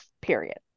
period